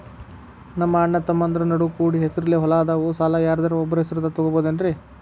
ನಮ್ಮಅಣ್ಣತಮ್ಮಂದ್ರ ನಡು ಕೂಡಿ ಹೆಸರಲೆ ಹೊಲಾ ಅದಾವು, ಸಾಲ ಯಾರ್ದರ ಒಬ್ಬರ ಹೆಸರದಾಗ ತಗೋಬೋದೇನ್ರಿ?